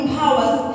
powers